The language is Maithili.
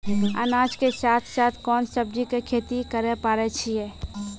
अनाज के साथ साथ कोंन सब्जी के खेती करे पारे छियै?